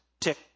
tick